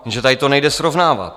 Ale tady to nejde srovnávat.